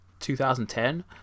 2010